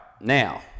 now